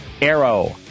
Arrow